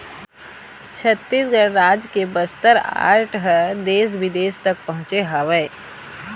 छत्तीसगढ़ राज के बस्तर आर्ट ह देश बिदेश तक पहुँचे हवय